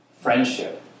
Friendship